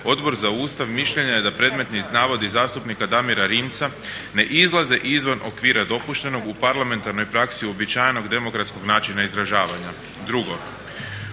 Odbor za Ustav mišljenja je da predmetni navodi zastupnika Damira Rimca ne izlaze izvan okvira dopuštenog u parlamentarnoj praksi uobičajenog demokratskog načina izražavanja. Drugo,